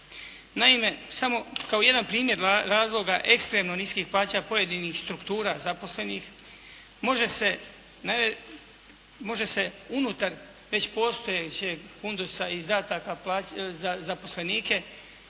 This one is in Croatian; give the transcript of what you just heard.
Naime, samo kao jedan primjer razloga ekstremno niskih plaća pojedinih struktura zaposlenih može se unutar već postojećeg fundusa izdataka za zaposlenike